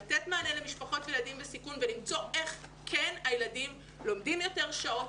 לתת מענה למשפחות לילדים בסיכון ולמצוא איך כן הילדים לומדים יותר שעות,